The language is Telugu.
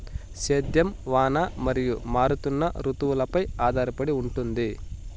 సేద్యం వాన మరియు మారుతున్న రుతువులపై ఆధారపడి ఉంటుంది